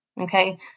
Okay